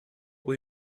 will